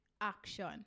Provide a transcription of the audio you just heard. action